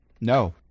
No